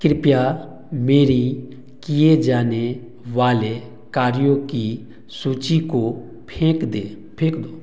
कृपया मेरी किए जाने वाले कार्यों की सूची को फेंक दे फेंक दो